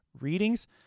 readings